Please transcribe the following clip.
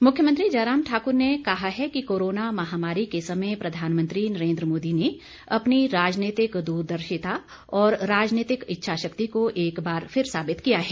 मुख्यमंत्री मुख्यमंत्री जयराम ठाक्र ने कहा है कि कोरोना महामारी के समय प्रधानमंत्री नरेन्द्र मोदी ने अपनी राजनीतिक द्रदर्शिता और राजनीतिक इच्छाशक्ति को एक बार फिर साबित किया है